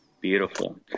Beautiful